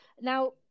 Now